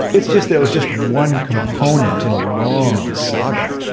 it's just there was just one component in a long saga.